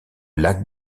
lac